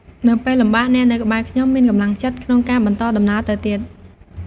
នៅពេលលំបាកអ្នកនៅក្បែរខ្ញុំមានកម្លាំងចិត្តក្នុងការបន្តដំណើរទៅទៀត។